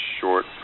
short